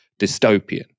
dystopian